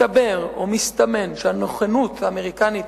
מסתבר או מסתמן שגם הנכונות האמריקנית